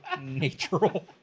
Natural